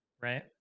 right